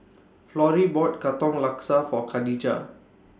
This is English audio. Florrie bought Katong Laksa For Khadijah